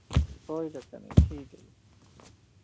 ਕੋਈ ਚੱਕਰ ਨਹੀਂ ਠੀਕ ਹੈ ਜੀ